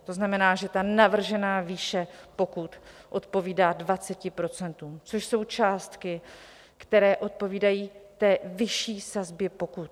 To znamená, že ta navržená výše pokut odpovídá 20 %, což jsou částky, které odpovídají té vyšší sazbě pokut.